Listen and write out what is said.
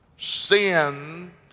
sin